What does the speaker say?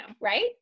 right